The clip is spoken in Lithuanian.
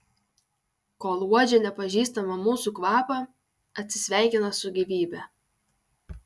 kol uodžia nepažįstamą mūsų kvapą atsisveikina su gyvybe